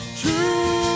true